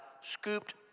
scooped